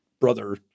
brother